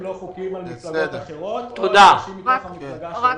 לא חוקיים על מפלגות אחרות או אנשים מתוך המפלגה שלה.